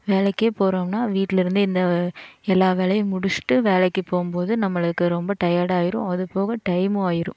வேலைக்கே போறோம்னால் வீட்டில இருந்து இந்த எல்லா வேலையும் முடிச்சிட்டு வேலைக்கு போகும்போது நம்மளுக்கு ரொம்ப டயடாக ஆகிடும் அது போக டைமும் ஆயிடும்